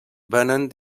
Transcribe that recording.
venen